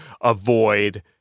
avoid